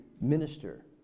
minister